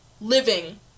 living